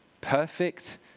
perfect